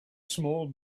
small